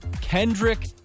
Kendrick